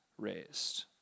raised